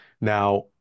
Now